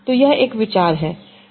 तो यह एक विचार है